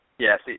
Yes